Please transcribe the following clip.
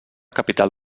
capital